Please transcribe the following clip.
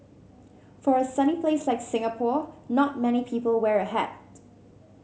for a sunny place like Singapore not many people wear a hat